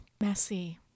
Messy